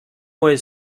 moje